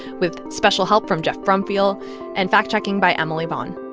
with special help from geoff brumfiel and fact checking by emily vaughn.